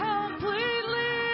Completely